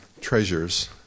treasures